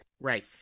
right